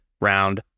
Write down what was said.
round